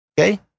Okay